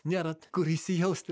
nėra kur įsijaust